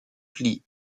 plis